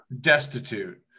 Destitute